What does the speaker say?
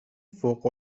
فوق